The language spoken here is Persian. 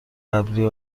قبلی